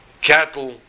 cattle